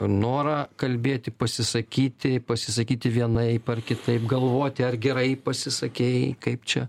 norą kalbėti pasisakyti pasisakyti vienaip ar kitaip galvoti ar gerai pasisakei kaip čia